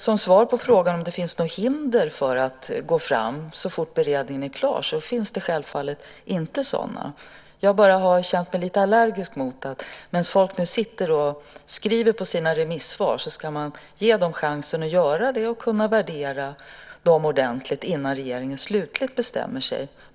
Som svar på frågan om det finns något hinder för att gå fram så fort beredningen är klar kan jag säga att det självfallet inte finns sådana. Jag har bara känt mig lite allergisk i detta fall. Medan folk sitter och skriver på sina remissvar ska man ge dem chansen att göra det och kunna värdera svaren ordentligt innan regeringen slutligt bestämmer sig.